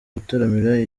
gutaramira